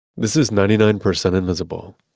this is ninety nine percent invisible.